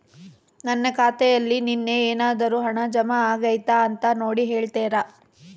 ನನ್ನ ಖಾತೆಯಲ್ಲಿ ನಿನ್ನೆ ಏನಾದರೂ ಹಣ ಜಮಾ ಆಗೈತಾ ಅಂತ ನೋಡಿ ಹೇಳ್ತೇರಾ?